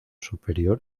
superior